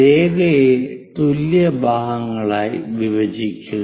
രേഖയെ തുല്യ ഭാഗങ്ങളായി വിഭജിക്കുക